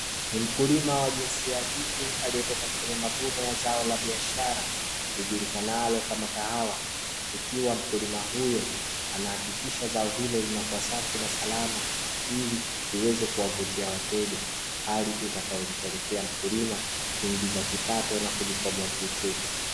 Ni mkulima wa jinsia ya kike, aliyetoka kufanya mavuno ya zao la biashara lijulikanalo kama kahawa, ikiwa mkulima huyo anahakikisha zao hilo linakuwa safi na salama, ili liweze kuwavutia wateja, hali itakayompelekea mkulima kuingiza kipato na kujikwamua kiuchumi.